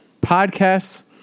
Podcasts